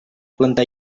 plantar